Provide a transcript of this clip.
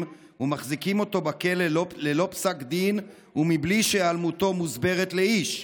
ומחזיקים אותו בכלא ללא פסק דין ובלי שהיעלמותו מוסברת לאיש?